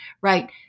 right